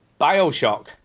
Bioshock